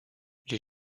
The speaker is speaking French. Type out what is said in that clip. les